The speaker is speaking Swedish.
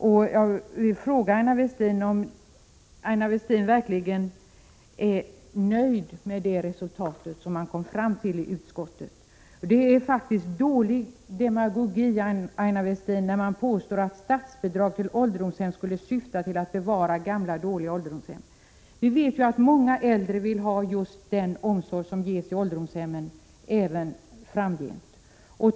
Jag vill fråga Aina Westin om hon verkligen är nöjd med det resultat man kom fram till i utskottet. Det är faktiskt dålig demagogi, Aina Westin, när man påstår att statsbidrag till ålderdomshem skulle syfta till att bevara gamla och dålig ålderdomshem. Vi vet ju att många äldre även framgent vill ha just den omsorg som ges i ålderdomshem.